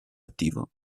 attivo